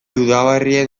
udaberrien